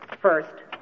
First